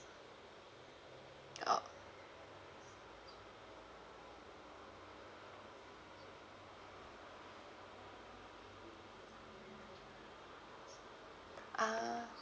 oh ah